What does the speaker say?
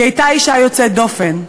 היא הייתה אישה יוצאת דופן.